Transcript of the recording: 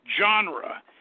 genre